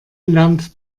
lernt